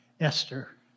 Esther